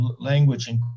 language